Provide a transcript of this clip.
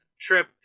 Trip